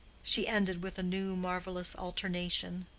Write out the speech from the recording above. she ended, with a new marvelous alternation.